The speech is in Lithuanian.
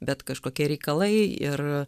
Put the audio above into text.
bet kažkokie reikalai ir